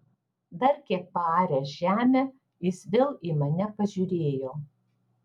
dar kiek paaręs žemę jis vėl į mane pažiūrėjo